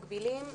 מקבילים,